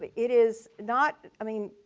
it is not i mean,